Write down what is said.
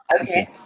Okay